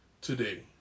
today